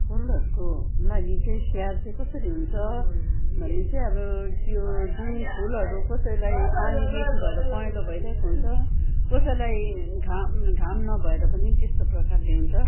फुलहरूको लागि चाहिँ स्याहार चाहिँ कसरी हुन्छ भने चाहिँ अब त्यो जुन फुलहरू कसैलाई पानी बेसी भएर पहेँलो भइरहेको हुन्छ कसैलाई घाम घाम नभएर पनि त्यस्तो प्रकारले हुन्छ